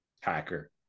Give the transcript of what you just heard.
hacker